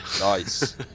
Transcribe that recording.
Nice